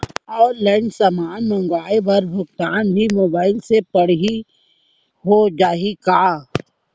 Online समान मंगवाय बर भुगतान भी मोबाइल से पड़ही हो जाही का?